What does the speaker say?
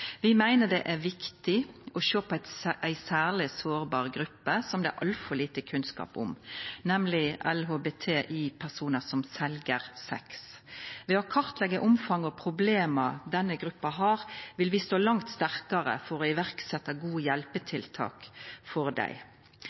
Vi meiner det er viktig å sjå på ei særleg sårbar gruppe, som det er altfor lite kunnskap om, nemleg LHBTI-personar som sel sex. Ved å kartleggja omfanget og problema denne gruppa har, vil vi stå langt sterkare til å setja i verk gode hjelpetiltak for dei.